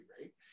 right